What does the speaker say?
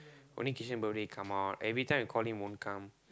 only kishan birthday come out every time we call him won't come